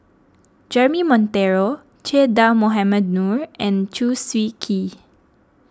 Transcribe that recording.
Jeremy Monteiro Che Dah Mohamed Noor and Chew Swee Kee